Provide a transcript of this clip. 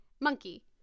Monkey